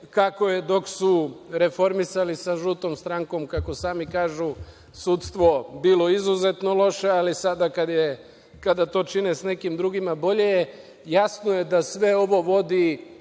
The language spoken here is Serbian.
kako je dok su reformisali sa žutom strankom, kako sami kažu, sudstvo bilo izuzetno loše, ali sada kada to čine sa nekim drugim bolje je, jasno je da sve ovo vodi